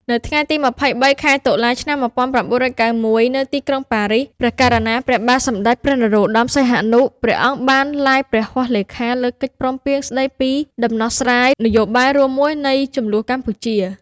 ថ្ងៃទី២៣ ខែតុលា ឆ្នាំ១៩៩១ នៅទីក្រុងប៉ារីស ព្រះករុណាព្រះបាទសម្តេចព្រះនរោត្តម សីហនុ ព្រះអង្គបានឡាយព្រះហស្ថលេខា លើកិច្ចព្រមព្រៀងស្តីពីដំណោះស្រាយនយោបាយរួមមួយនៃជម្លោះកម្ពុជា។